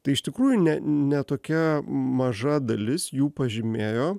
tai iš tikrųjų ne ne tokia maža dalis jų pažymėjo